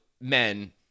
men